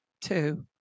Two